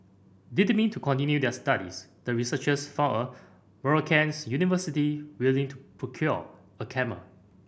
determined to continue their studies the researchers found a Moroccans university willing to procure a camel